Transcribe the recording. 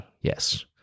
Yes